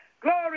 Glory